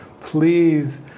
please